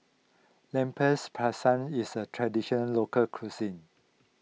Lempers Pisang is a Traditional Local Cuisine